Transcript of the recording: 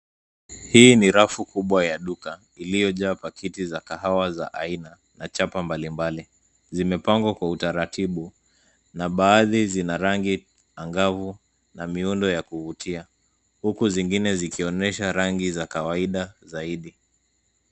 Hii ni rafu kubwa ya duka iliyojaa pakiti za kahawa za aina na chapa mbalimbali. Zimepangwa kwa utaratibu na baadhi zina rangi angavu na miundo ya kuvutia. Huku zingine zikionyesha rangi za kawaida zaidi.